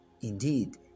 Indeed